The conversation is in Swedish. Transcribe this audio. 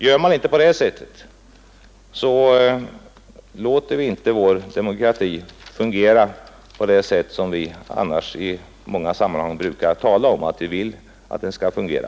Gör vi inte på det sättet, låter vi inte vår demokrati fungera så som vi annars i många sammanhang brukar säga att den skall fungera.